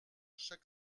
chaque